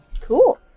Cool